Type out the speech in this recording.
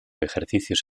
ejercicios